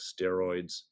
steroids